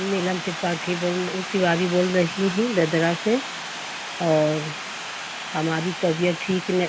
नीलम त्रिपाठी बोल ऊ तिवारी बोल रही हूँ ददरा से और हमारी तबियत ठीक ने